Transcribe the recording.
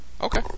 Okay